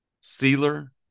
Sealer